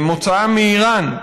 מוצאם מאיראן,